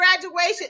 graduation